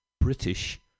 British